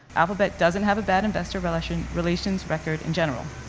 alphabet doesn't have a bad investor relations relations record in general.